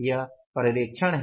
यह पर्यवेक्षण है